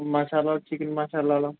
మసాలాలు చికెన్ మాసాలాలు